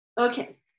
Okay